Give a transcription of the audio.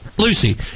Lucy